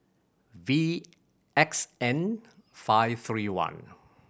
V X N five three one